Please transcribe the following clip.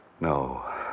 No